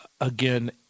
again